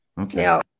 Okay